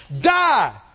Die